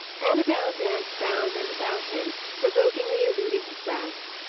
annabel danced round and about him, provokingly eluding his grasp.